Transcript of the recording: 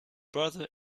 brother